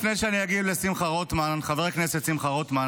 לפני שאני אגיב לחבר הכנסת שמחה רוטמן,